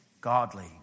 godly